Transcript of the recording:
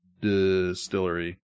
distillery